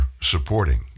supporting